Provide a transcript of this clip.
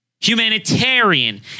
humanitarian